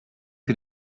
que